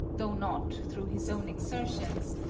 though not through his own exertions,